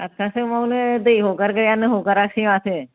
आतथा समावनो दै हगारग्रायानो हगारासै माथो